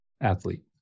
Athlete